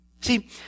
See